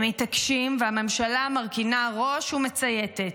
הם מתעקשים, והממשלה מרכינה ראש ומצייתת,